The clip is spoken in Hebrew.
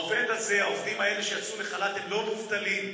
העובדים האלה שיצאו לחל"ת הם לא מובטלים,